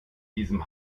diesem